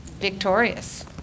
victorious